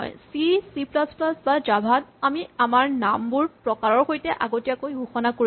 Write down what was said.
C C plus plus বা Java ত আমি আমাৰ নামবোৰ প্ৰকাৰৰ সৈতে আগতীয়াকৈ ঘোষণা কৰি দিওঁ